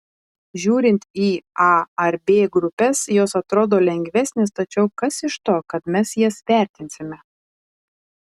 žiūrint į a ar b grupes jos atrodo lengvesnės tačiau kas iš to kad mes jas vertinsime